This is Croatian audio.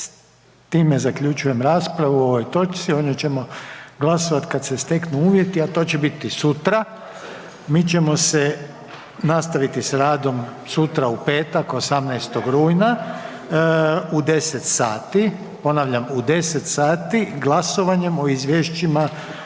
time zaključujem raspravu o ovoj točci, o njoj ćemo glasovati kada se steknu uvjeti, a to će biti sutra. Mi ćemo nastaviti s radom sutra u petak 18. rujna u 10,00, ponavljam u 10,00 glasovanjem o izvješćima